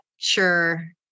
sure